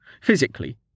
Physically